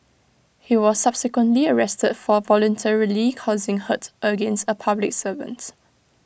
he was subsequently arrested for voluntarily causing hurt against A public servants